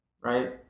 right